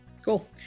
Cool